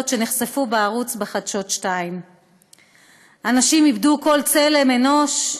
שנחשפו בחדשות ערוץ 2. אנשים איבדו כל צלם אנוש?